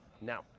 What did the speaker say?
now